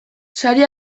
sari